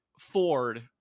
Ford